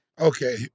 Okay